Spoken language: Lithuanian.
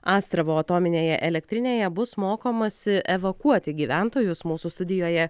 astravo atominėje elektrinėje bus mokomasi evakuoti gyventojus mūsų studijoje